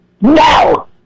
No